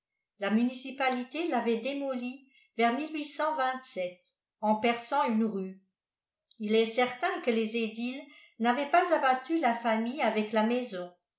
la municipalité l'avait démolie vers en perçant une rue il est certain que les édiles n'avaient pas abattu la famille avec la maison